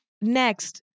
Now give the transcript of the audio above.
next